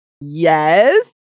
yes